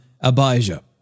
Abijah